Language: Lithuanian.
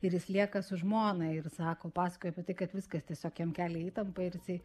ir jis lieka su žmona ir sako pasakoja pati kad viskas tiesiog jam kelia įtampą ir tai